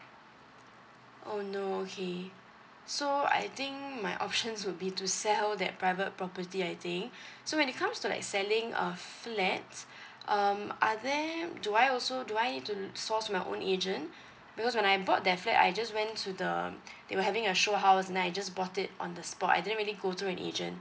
oh no okay so I think my options will be to sell that private property I think so when it comes to like selling a flat um are there do I also do I need to source my own agent because when I bought that flat I just went to the they were having a show house and I just bought it on the spot I didn't really go through an agent